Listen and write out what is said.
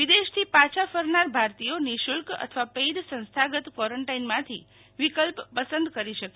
વિદેશથી પાછા ફરનાર ભારતીયો નિઃશુલ્ક અથવા પેઈડ સંસ્થાગત ક્વોરન્ટઈાનમાંથી વિકલ્પ પસંદ કરી શકે